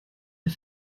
der